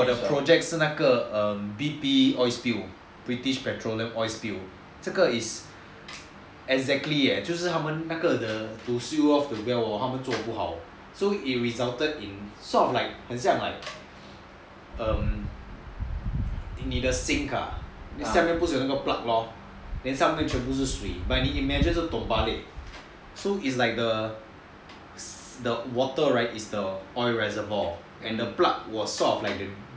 ah then 我的 project 是那个 um B_P oil spill british petroleum oil spill 这个 is exactly eh 就是他们那个 to seal off the valve hor 他们做不好 so it resulted in sort of like 很像 um 你的 sink ah 下面不是有那个 plug lor then 下面全部不是水 but 你 imagine 现在是 terbalik so it's like the water is like the oil reservoir and the plug will sort of like the lake